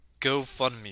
GoFundMe